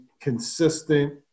consistent